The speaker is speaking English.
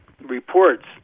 reports